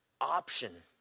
option